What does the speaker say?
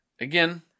Again